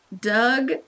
Doug